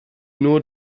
nur